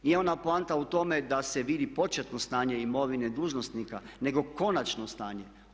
Nije ona poanta u tome da se vidi početno stanje imovine dužnosnika nego konačno stanje.